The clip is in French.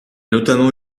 notamment